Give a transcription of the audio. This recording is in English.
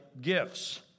gifts